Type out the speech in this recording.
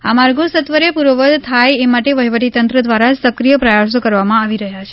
આ માર્ગો સત્વરે પૂર્વવત થાય એમાટે વહીવટી તંત્ર દ્વારા સક્રીય પ્રયાસો કરવામાં આવી રહ્યાં છે